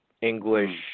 English